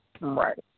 Right